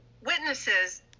witnesses